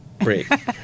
break